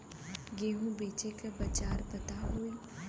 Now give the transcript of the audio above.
गेहूँ बेचे के बाजार पता होई?